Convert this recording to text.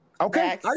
Okay